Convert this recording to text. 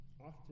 often